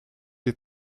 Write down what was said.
des